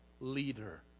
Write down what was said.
leader